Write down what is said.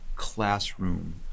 classroom